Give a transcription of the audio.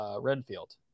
Renfield